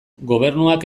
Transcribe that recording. gobernuak